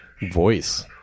Voice